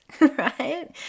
right